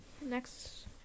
next